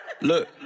look